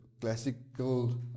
classical